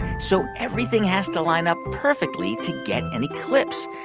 so everything has to line up perfectly to get an eclipse.